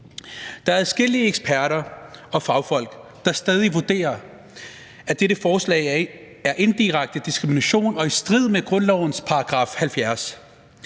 Der er adskillige eksperter og fagfolk, der stadig vurderer, at dette forslag er indirekte diskrimination og i strid med grundlovens § 70.